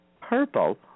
purple